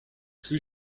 who